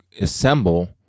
assemble